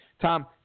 tom